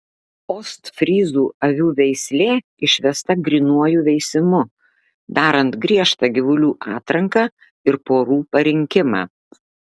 ostfryzų avių veislė išvesta grynuoju veisimu darant griežtą gyvulių atranką ir porų parinkimą